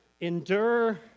endure